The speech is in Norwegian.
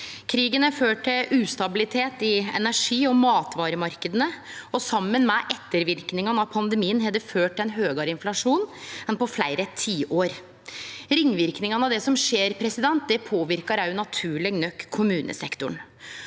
Krigen har ført til ustabilitet i energi- og matvaremarknadene, og saman med etterverknadene av pandemien har det ført til ein høgare inflasjon enn på fleire tiår. Ringverknadene av det som skjer, påverkar naturleg nok kommunesektoren.